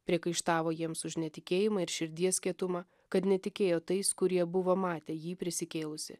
priekaištavo jiems už netikėjimą ir širdies kietumą kad netikėjo tais kurie buvo matę jį prisikėlusį